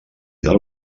del